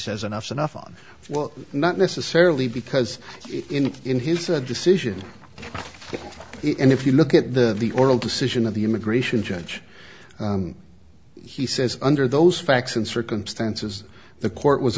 says enough is enough on well not necessarily because in his a decision and if you look at the the oral decision of the immigration judge he says under those facts and circumstances the court was